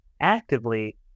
actively